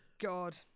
god